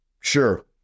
Sure